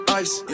ice